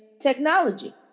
technology